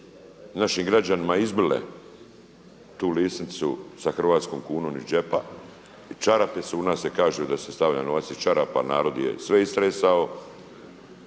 našim građanima izbile tu lisnicu sa hrvatskom kunom iz džepa i čarape su, u nas se kaže da se stavlja novac iz čarapa, narod je sve istresao.